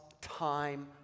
time